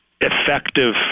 effective